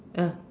ah